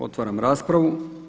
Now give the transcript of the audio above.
Otvaram raspravu.